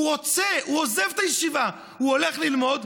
הוא עוזב את הישיבה והולך ללמוד,